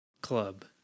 club